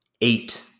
eight